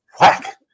Whack